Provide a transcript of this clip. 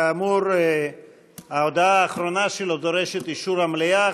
כאמור, ההודעה האחרונה שלו דורשת את אישור המליאה.